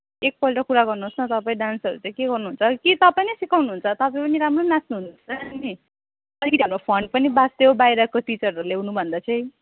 एकपल्ट कुरा गर्नुहोस् न तपाईँ डान्सहरू चाहिँ के गर्नुहुन्छ कि तपाईँ नै सिकाउनु हुन्छ तपाईँ पनि राम्रो नाच्नु हुँदोरहेछ र नि अलिकति हाम्रो फन्ड पनि बाँच्थ्यो बाहिरको टिचरहरू ल्याउनुभन्दा चाहिँ